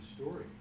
story